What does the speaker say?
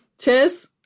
Cheers